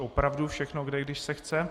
Opravdu všechno jde, když se chce.